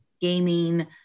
gaming